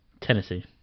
Tennessee